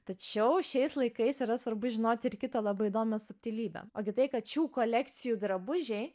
tačiau šiais laikais yra svarbu žinoti ir kita labai įdomią subtilybę o gi tai kad šių kolekcijų drabužiai